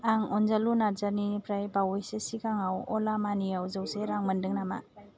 आं अनजालु नार्जारिनिफ्राय बावैसो सिगाङव अला मानियाव जौसे रां मोनदों नामा